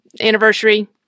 anniversary